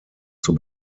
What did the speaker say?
zur